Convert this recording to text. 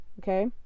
okay